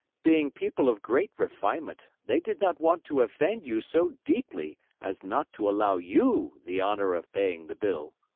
being people of great refinement, they did not want to offend you so deeply as not to allow you the honor of paying the bill.